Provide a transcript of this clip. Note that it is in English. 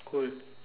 cool